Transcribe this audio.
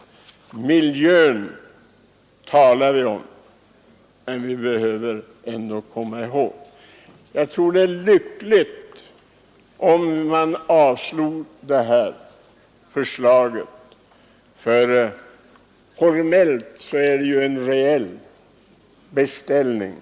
Nu talar vi mest bara om miljön. Jag tror att det vore lyckligast om riksdagen avslog detta förslag, som ju reellt är en beställning.